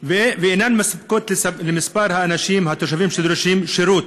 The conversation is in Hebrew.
ואינן מספיקות למספר התושבים שדורשים שירות.